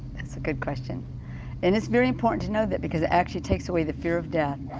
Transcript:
that's a good question and it's very important to know that because it actually takes away the fear of death.